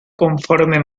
conforme